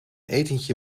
etentje